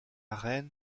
reine